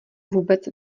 vůbec